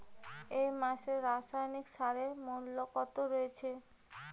এই মাসে রাসায়নিক সারের মূল্য কত রয়েছে?